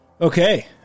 Okay